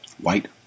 white